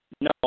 No